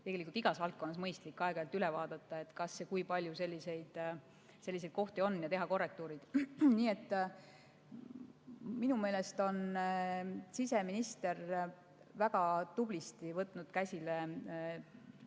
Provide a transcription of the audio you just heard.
igas valdkonnas mõistlik aeg-ajalt üle vaadata, kui palju selliseid kohti on, ja teha korrektuurid. Minu meelest on siseminister väga tublisti võtnud käsile